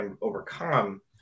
overcome